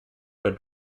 but